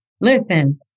listen